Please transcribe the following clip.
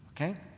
okay